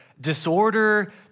disorder